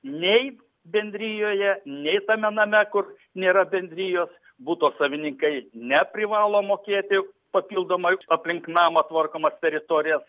nei bendrijoje nei tame name kur nėra bendrijos buto savininkai neprivalo mokėti papildomai aplink namą tvarkomas teritorijas